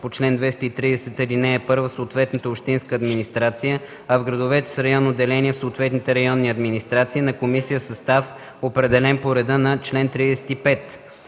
по чл. 230, ал. 1 в съответната общинска администрация, а в градовете с районно деление в съответните районни администрации, на комисия в състав, определен по реда на чл. 35.